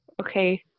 okay